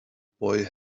boy